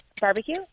Barbecue